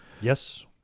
yes